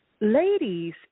ladies